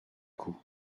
coup